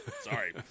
sorry